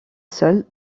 seule